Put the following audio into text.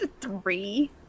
three